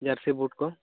ᱡᱟᱹᱨᱥᱤ boot ᱠᱚ